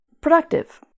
productive